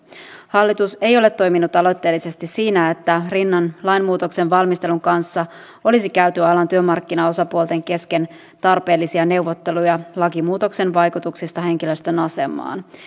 hallitus ei ole toiminut aloitteellisesti siinä että rinnan lainmuutoksen valmistelun kanssa olisi käyty alan työmarkkinaosapuolten kesken tarpeellisia neuvotteluja lakimuutoksen vaikutuksista henkilöstön asemaan